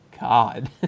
God